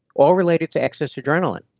all related to excess adrenaline.